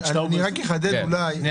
אין